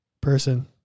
person